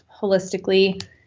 holistically